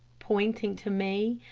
pointing to me,